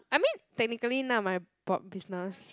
I mean technically none of my bu~ business